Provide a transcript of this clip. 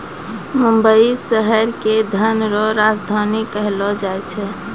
मुंबई शहर के धन रो राजधानी कहलो जाय छै